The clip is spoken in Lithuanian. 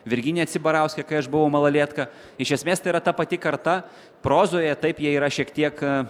virginija cibarauskė kai aš buvau malalietka iš esmės tai yra ta pati karta prozoje taip jie yra šiek tiek a